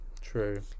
true